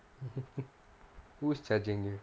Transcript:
who's judging you